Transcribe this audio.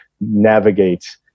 navigate